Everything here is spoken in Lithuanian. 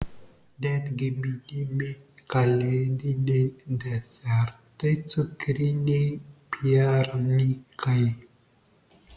netgi minimi kalėdiniai desertai cukriniai piernikai